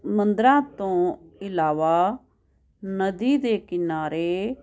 ਮੰਦਿਰਾਂ ਤੋਂ ਇਲਾਵਾ ਨਦੀ ਦੇ ਕਿਨਾਰੇ